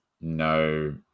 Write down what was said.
no